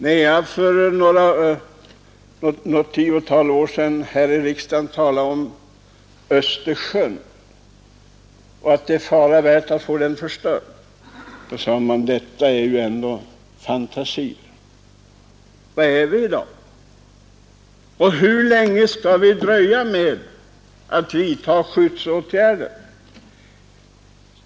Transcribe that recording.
När jag för något tiotal år sedan här i riksdagen talade om att det var fara värt att vi skulle få Östersjön förstörd, sade man: Detta är ju ändå fantasier. Var är vi i dag? Hur länge skall vi dröja med att vidta skyddsåtgärder?